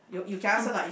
com~